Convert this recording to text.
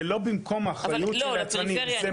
זה לא במקום האחריות של היצרנים.